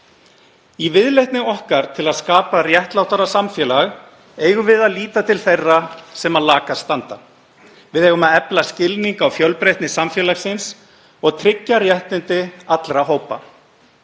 Í viðleitni okkar til að skapa réttlátara samfélag eigum við að líta til þeirra sem lakast standa. Við eigum að efla skilning á fjölbreytni samfélagsins og tryggja réttindi allra hópa.